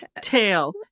tail